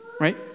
Right